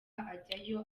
ajyayo